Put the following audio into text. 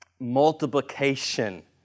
multiplication